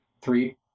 three